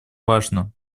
важно